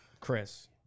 Chris